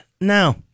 no